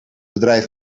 bedrijf